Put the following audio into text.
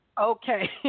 Okay